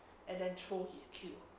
and then throw his kill